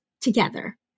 together